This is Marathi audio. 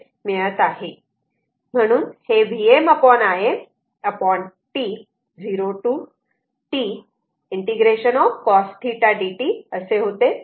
म्हणून हे Vm Im T 0 ते t ∫ cos θ dt असे होते